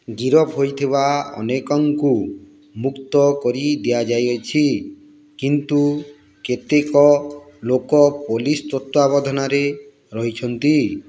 ଗିରଫ ହୋଇଥିବା ଅନେକଙ୍କୁ ମୁକ୍ତ କରିଦିଆଯାଇଛି କିନ୍ତୁ କେତେକ ଲୋକ ପୋଲିସ୍ ତତ୍ତ୍ୱାବଧାନରେ ରହିଛନ୍ତି